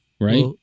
right